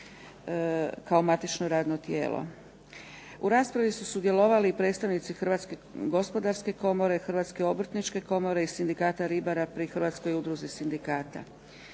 kao matično radno tijelo. U raspravi su sudjelovali predstavnici Hrvatske gospodarske komore, Hrvatske obrtničke komore i Sindikata ribara pri Hrvatskoj udruzi sindikata.